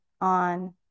on